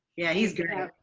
yeah he's great.